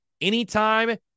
anytime